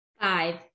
Five